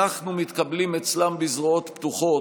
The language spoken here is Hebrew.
אנחנו מתקבלים אצלם בזרועות פתוחות,